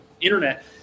internet